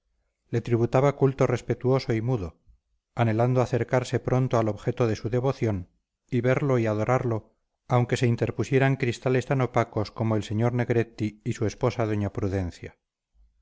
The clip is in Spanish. le tributaba culto respetuoso y mudo anhelando acercarse pronto al objeto de su devoción y verlo y adorarlo aunque se interpusieran cristales tan opacos como el sr negretti y su esposa doña prudencia